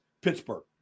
Pittsburgh